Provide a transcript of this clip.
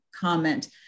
comment